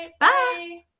Bye